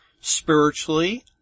spiritually